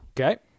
Okay